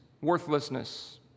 worthlessness